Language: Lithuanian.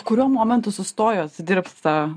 kuriuo momentu sustojot dirbt tą